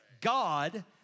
God